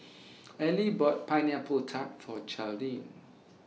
Ellie bought Pineapple Tart For Charlene